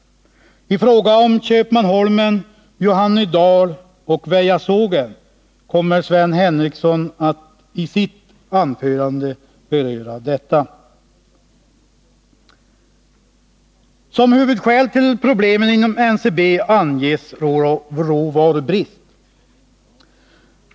Frågan om Köpmanholmen, Johannedal och Väjasågen kommer Sven Henriksson att beröra i sitt anförande. Som huvudskäl till problemen inom NCB anges råvarubrist.